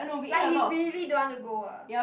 like he really don't want to go ah